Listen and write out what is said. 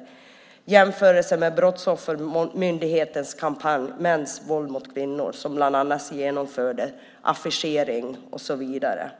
Man kan jämföra med Brottsoffermyndighetens kampanj Mäns våld mot kvinnor som genomförde affischering och så vidare.